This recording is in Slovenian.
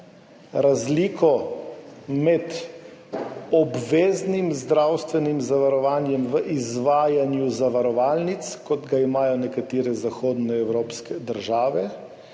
razliko med obveznim zdravstvenim zavarovanjem v izvajanju zavarovalnic, kot ga imajo nekatere zahodnoevropske države,